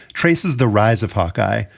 traces the rise of hawk-eye.